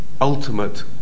ultimate